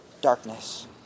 darkness